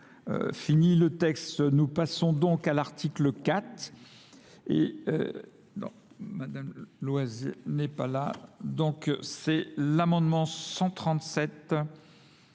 fini le texte. Nous passons donc à l'article 4.